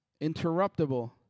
interruptible